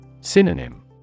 Synonym